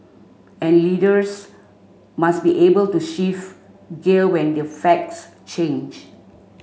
and leaders must be able to shift gear when the facts change